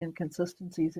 inconsistencies